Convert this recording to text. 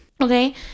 okay